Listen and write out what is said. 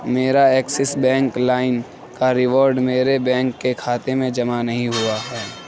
میرا Axis Bank لائم کا ریوارڈ میرے بینک کے کھاتے میں جمع نہیں ہوا تھا